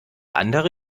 andere